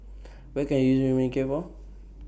What Can I use Manicare For